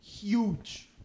huge